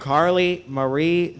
carly marie